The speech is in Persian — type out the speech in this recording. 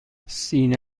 سینه